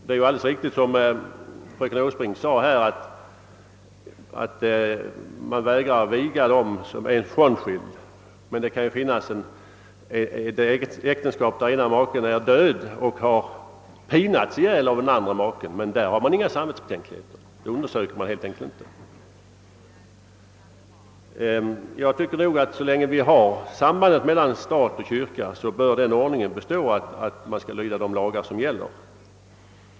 Det är alldeles riktigt som fröken ÅSsbrink sade att man vägrar viga var och en som är frånskild, men det kan ju finnas äktenskap, där ena maken är död genom att den pinats ihjäl av den andre maken. Men där har man inga samvetsbetänkligheter. Den saken undersöker man helt enkelt inte. Så länge vi har sambandet mellan stat och kyrka, bör den ordningen bestå att prästen skall lyda de lagar som gäller.